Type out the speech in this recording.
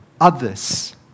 others